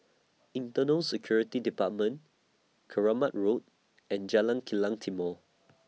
Internal Security department Keramat Road and Jalan Kilang Timor